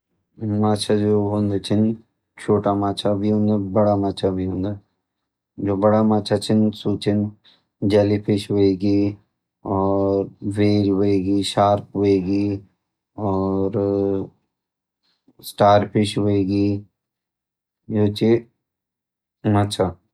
माछा जु होंद छन छोटा माछा भी होंद और बडा माछा भी होंद। जु बडा माछा छन सु छन जैली फिस होएगी और व्हेल होएगी सार्क होएगी और स्टार फिस होएगी। इ छ माछा।